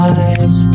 eyes